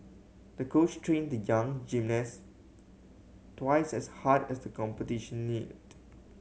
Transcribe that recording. the coach trained the young gymnast twice as hard as the competition neared